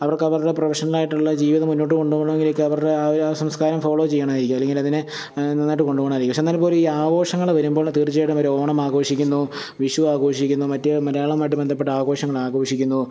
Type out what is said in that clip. അവർക്ക് അവരുടെ പ്രൊഫഷനലായിട്ടുള്ള ജീവിതം മുന്നോട്ടുകൊണ്ടു പോകണമെങ്കിലേക്ക് അവരുടെ ആ സംസ്കാരം ഫോളോ ചെയ്യണമായിരിക്കും അല്ലെങ്കിൽ അതിനെ നന്നായിട്ട് കൊണ്ടുപോകണം ആയിരിക്കും പക്ഷേ എന്നാൽ പോലും ഈ ആഘോഷങ്ങൾ വരുമ്പോൾ തീർച്ചയായിട്ടും അവർ ഓണം ആഘോഷിക്കുന്നു വിഷു ആഘോഷിക്കുന്നു മറ്റ് മലയാളമായിട്ട് ബന്ധപ്പെട്ട ആഘോഷങ്ങൾ ആഘോഷിക്കുന്നു